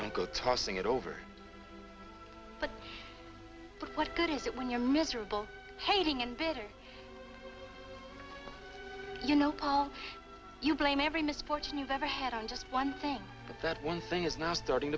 don't go tossing it over but what good is it when you're miserable hating and better you know call you blame every misfortune you've ever had on just one thing but that one thing is now starting